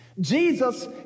Jesus